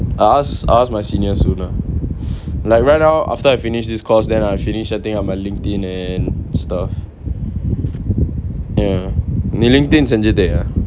I ask I ask my senior soon ah like right now after I finish this course then I'll finish that thing on my Linkedin and stuff ya நீ:nee Linkedin செஞ்சிட்டயா:senjittayaa